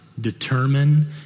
determine